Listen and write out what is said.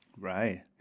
right